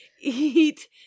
eat